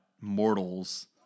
mortals